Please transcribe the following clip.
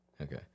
Okay